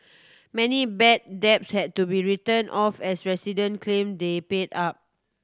many bad debts had to be written off as resident claim they paid up